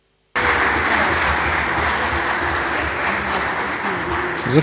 Hvala